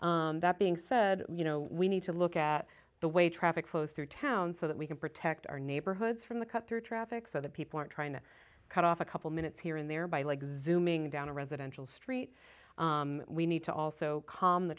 that that being said you know we need to look at the way traffic flows through town so that we can protect our neighborhoods from the cut through traffic so that people aren't trying to cut off a couple minutes here and there by like zooming down a residential street we need to also calm the